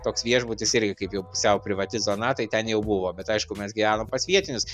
toks viešbutis irgi kaip jau pusiau privati zona tai ten jau buvo bet aišku mes gyvenom pas vietinius